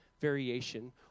variation